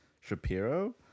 Shapiro